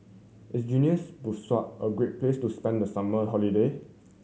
is Guineas Bissau a great place to spend the summer holiday